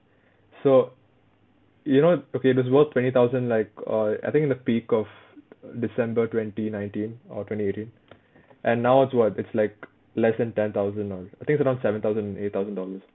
so you know okay it is worth twenty thousand like uh I think in the peak of december twenty nineteen or twenty eighteen and now it's what it's like less than ten thousand alr~ I think it's around seven thousand and eight thousand dollars